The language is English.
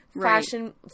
fashion